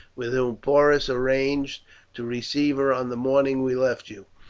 with whom porus arranged to receive her on the morning we left you.